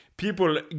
People